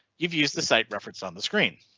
you've used the site referenced on the screen.